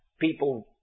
people